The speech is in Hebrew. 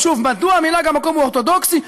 שוב, מדוע מנהג המקום הוא אורתודוקסי?